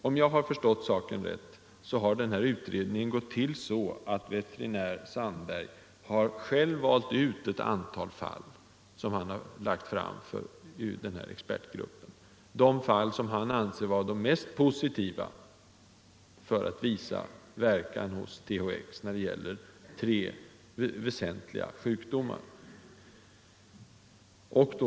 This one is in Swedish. Om har fattat rätt, har utredningen gått till så att veterinär Sandberg själv har valt ut ett antal fall som han lagt fram för expertgruppen — de fall som han anser vara de mest positiva — för att visa verkan hos THX när det gäller tre väsentliga sjukdomar.